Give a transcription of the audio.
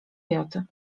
joty